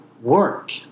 work